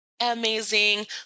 amazing